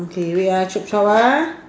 okay wait ah chop chop ah